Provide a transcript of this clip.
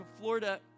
Florida